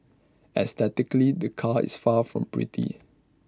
aesthetically the car is far from pretty